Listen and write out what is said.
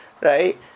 right